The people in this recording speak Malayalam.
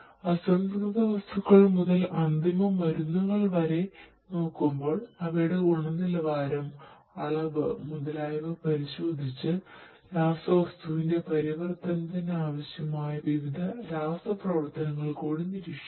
അസംസ്കൃത വസ്തുക്കൾ മുതൽ അന്തിമ മരുന്നുകൾ വരെ നോക്കുമ്പോൾ അവയുടെ ഗുണനിലവാരം അളവ് മുതലായവ പരിശോധിച്ച് രാസവസ്തുവിന്റെ പരിവർത്തനത്തിനു ആവശ്യമായ വിവിധ രാസപ്രവർത്തനങ്ങൾ കൂടി നിരീക്ഷിക്കുന്നു